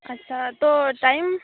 ᱦᱮᱸ ᱛᱚ ᱟᱫᱚ ᱴᱟᱭᱤᱢ